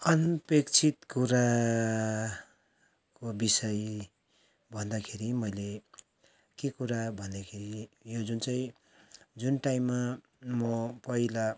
अन्पेक्षित कुराको विषय भन्दाखेरि मैले के कुरा भन्दाखेरि यो जुन चाहिँ जुन टाइममा म पहिला